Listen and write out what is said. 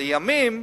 לימים,